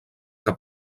que